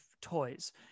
toys